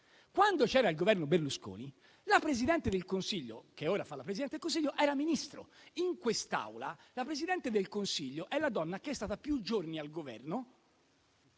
quando c'era il Governo Berlusconi, colei che ora fa la Presidente del Consiglio era Ministro. In quest'Aula, la Presidente del Consiglio è la donna che è stata più giorni al Governo,